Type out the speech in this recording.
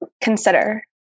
consider